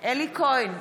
אלי כהן,